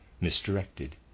misdirected